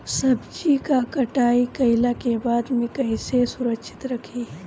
सब्जी क कटाई कईला के बाद में कईसे सुरक्षित रखीं?